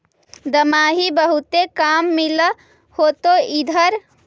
दमाहि बहुते काम मिल होतो इधर?